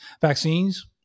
vaccines